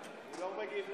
אני לא מגיב על שטויות.